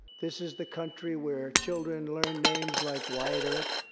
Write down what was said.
this is the country where children learn names like wyatt earp,